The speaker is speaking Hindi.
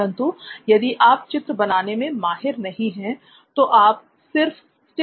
परंतु यदि आप चित्र बनाने में माहिर नहीं है तो आप सिर्फ स्टिक फिगर भी बना सकते हैं